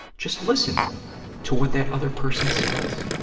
just listen to what that other person says.